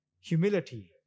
Humility